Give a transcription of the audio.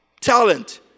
talent